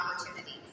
opportunities